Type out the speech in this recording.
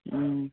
ꯎꯝ